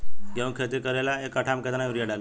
गेहूं के खेती करे ला एक काठा में केतना युरीयाँ डाली?